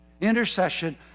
Intercession